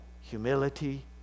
humility